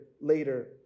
later